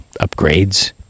Upgrades